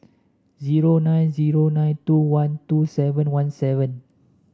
zero nine zero nine two one two seven one seven